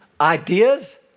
ideas